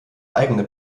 eigene